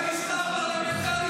חבר הכנסת כהן.